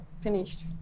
finished